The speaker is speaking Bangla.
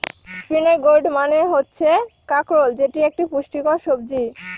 স্পিনই গোর্ড মানে হচ্ছে কাঁকরোল যেটি একটি পুষ্টিকর সবজি